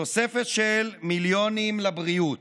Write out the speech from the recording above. תוספת של מיליונים לבריאות,